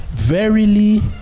Verily